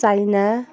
China